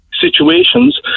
situations